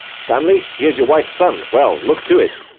stanley, he is your wife's son well, look to it.